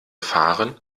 fahren